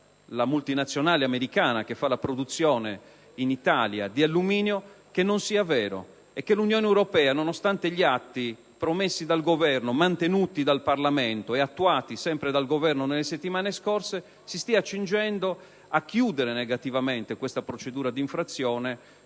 dalla multinazionale americana che produce in Italia l'alluminio - che ciò non sia vero e che l'Unione europea, nonostante gli atti promessi dal Governo, mantenuti dal Parlamento e attuati sempre dal Governo nelle settimane scorse, si stia accingendo a chiudere negativamente la procedura di infrazione